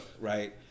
right